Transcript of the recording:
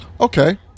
Okay